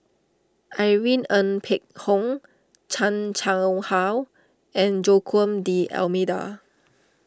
Irene Ng Phek Hoong Chan Chang How and Joaquim D'Almeida